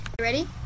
ready